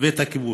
ואת הכיבוש.